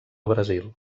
brasil